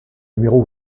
numéro